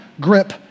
grip